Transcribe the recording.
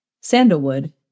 Sandalwood